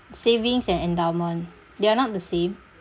savings and endowment they are not the same